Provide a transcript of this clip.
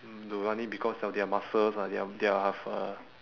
into running because of their muscles ah their they'll have uh